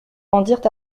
rendirent